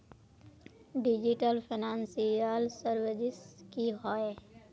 Digital financial services की होय?